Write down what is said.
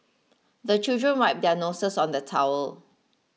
the children wipe their noses on the towel